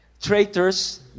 traitors